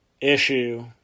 issue